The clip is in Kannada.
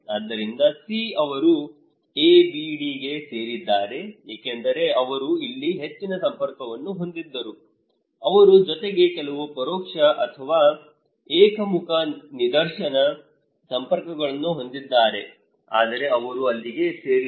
ಆದ್ದರಿಂದ C ಅವರು ABD ಗೆ ಸೇರಿದ್ದಾರೆ ಏಕೆಂದರೆ ಅವರು ಇಲ್ಲಿ ಹೆಚ್ಚಿನ ಸಂಪರ್ಕವನ್ನು ಹೊಂದಿದ್ದರೂ ಅವರು ಜೊತೆಗೆ ಕೆಲವು ಪರೋಕ್ಷ ಅಥವಾ ಏಕಮುಖ ನಿರ್ದೇಶನ ಸಂಪರ್ಕಗಳನ್ನು ಹೊಂದಿದ್ದಾರೆ ಆದರೆ ಅವರು ಅಲ್ಲಿಗೆ ಸೇರಿಲ್ಲ